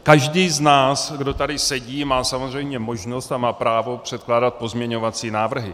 Každý z nás, kdo tady sedí, má samozřejmě možnost a má právo předkládat pozměňovací návrhy.